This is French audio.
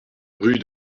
rue